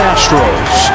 Astros